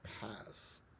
pass